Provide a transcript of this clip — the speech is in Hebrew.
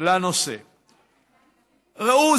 ראו,